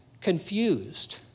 confused